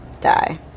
Die